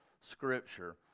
Scripture